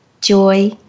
joy